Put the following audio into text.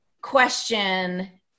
question